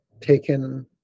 taken